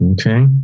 Okay